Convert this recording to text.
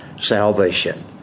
salvation